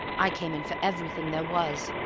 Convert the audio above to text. i came in for everything there was.